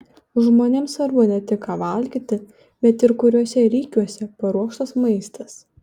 žmonėms svarbu ne tik ką valgyti bet ir kokiuose rykuose paruoštas maistas